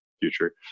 future